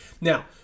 Now